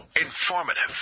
informative